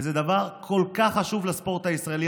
זה דבר כל כך חשוב לספורט הישראלי.